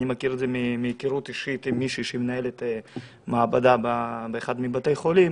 אני מכיר את זה מהיכרות אישית עם מישהי שמנהלת מעבדה באחד מבתי החולים.